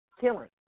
killing